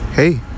Hey